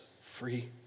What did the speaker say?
free